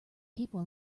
people